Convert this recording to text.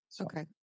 Okay